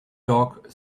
dog